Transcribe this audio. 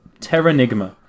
Terranigma